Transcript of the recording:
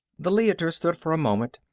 the leiter stood for a moment,